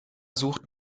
sucht